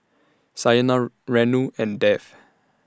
Saina Renu and Dev